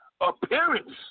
appearance